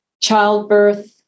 childbirth